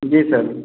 जी sir